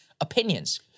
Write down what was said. opinions